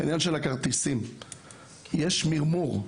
יש מרמור.